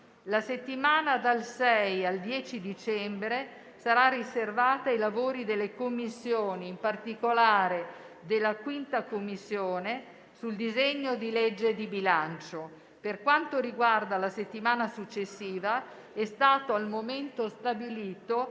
La settimana dal 6 al 10 dicembre sarà riservata ai lavori delle Commissioni, in particolare della 5a Commissione permanente, sul disegno di legge di bilancio. Per quanto riguarda la settimana successiva, è stato al momento stabilito